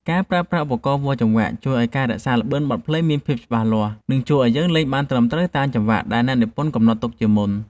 ការប្រើប្រាស់ឧបករណ៍វាស់ចង្វាក់ជួយឱ្យការរក្សាល្បឿនបទភ្លេងមានភាពច្បាស់លាស់ និង ជួយឱ្យយើងលេងបានត្រឹមត្រូវតាមចង្វាក់ដែលអ្នកនិពន្ធកំណត់ទុកជាមុន។